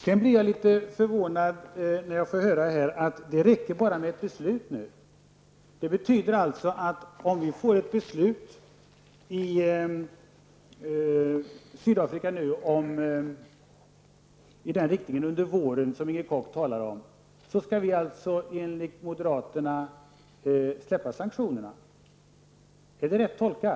Jag blir litet förvånad när jag här får höra att det räcker med bara ett beslut. Det betyder alltså att om beslut fattas i Sydafrika under våren i den riktning som Inger Koch talar om, skall vi alltså enligt moderaterna slopa sanktionerna. Är det rätt tolkat?